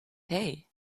hey